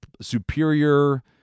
superior